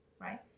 right